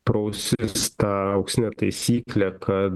pro ausis tą auksinę taisyklę kad